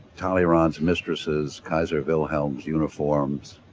talleyrand's mistresses, kaiser wilhelm's uniforms,